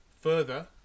Further